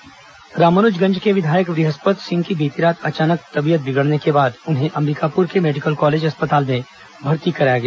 बृहस्पत सिंह भर्ती रामानुजगंज के विधायक बृहस्पत सिंह की बीती रात अचानक तबीयत बिगड़ने के बाद उन्हें अंबिकापुर के मेडिकल कॉलेज अस्पताल में भर्ती कराया गया